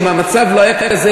שאם המצב לא היה כזה,